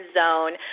zone